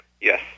Yes